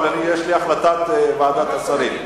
אבל יש לי את החלטת ועדת השרים,